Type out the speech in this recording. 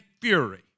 fury